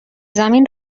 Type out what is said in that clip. زمین